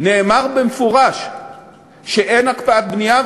נאמר במפורש שאין הקפאת בנייה,